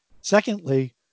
Secondly